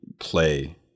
play